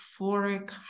euphoric